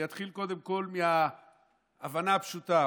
אני אתחיל קודם כול מההבנה הפשוטה.